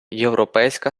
європейська